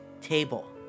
table